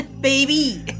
baby